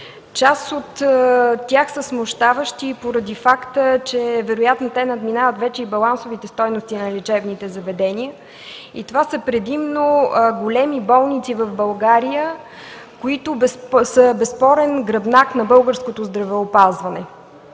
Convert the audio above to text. Част от тях са смущаващи и поради факта, че вероятно те надминават вече и балансовите стойности на лечебните заведения и това са предимно големи болници в България, които са безспорен гръбнак на българското здравеопазване.